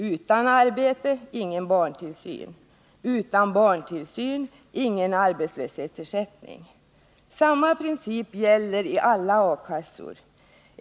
Utan arbete ingen barntillsyn. Utan barntillsyn ingen arbetslöshetsersättning! Samma princip gäller i alla A-kassor.